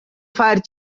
fire